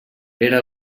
era